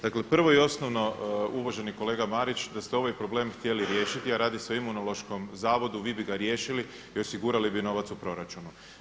Dakle prvo i osnovno uvaženi kolega Marića da ste ovaj problem htjeli riješiti, a radi se o Imunološkom zavodu vi bi ga riješili i osigurali bi novac u proračunu.